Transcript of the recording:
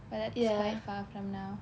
but that's quite far from now